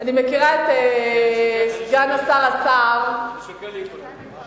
אני מכירה את סגן השר, השר, אני שוקל להיפגע.